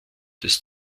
des